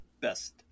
best